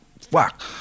fuck